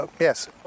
Yes